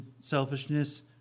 selfishness